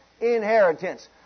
inheritance